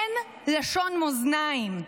אין לשון מאזניים.